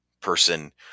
person